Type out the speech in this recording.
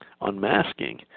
Unmasking